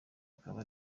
akaba